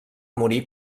morir